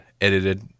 edited